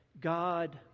God